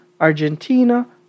Argentina